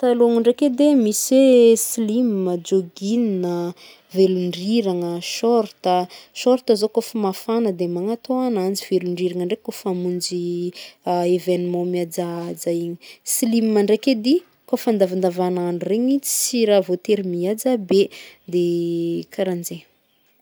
Patalon-gno ndraiky edy e, misy hoe slim a, jogging a, velondrirana a, shorta, shorta zao kaofa mafagna de magnatô agnanjy, velondriragna ndriky kaofa hamonjy evenement mihajahaja igny, slim ndraiky edy, kaofa andavandavanandro regny tsy raha voatery mihaja be de karahanjegny.